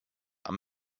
are